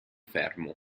fermo